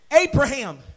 Abraham